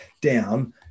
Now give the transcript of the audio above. down